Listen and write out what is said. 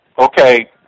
okay